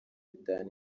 itanu